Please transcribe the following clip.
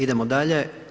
Idemo dalje.